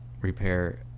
Repair